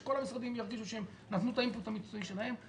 ושכל המשרדים ירגישו שהם נתנו אינפוט המקצועי שלהם.